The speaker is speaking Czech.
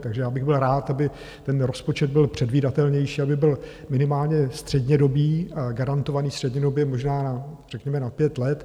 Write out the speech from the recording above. Takže já bych byl rád, kdyby ten rozpočet byl předvídatelnější, aby byl minimálně střednědobý a garantovaný střednědobě, možná řekněme na pět let.